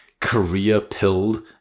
career-pilled